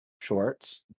shorts